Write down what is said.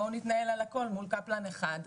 בואו נתנהל על הכל מול קפלן אחד,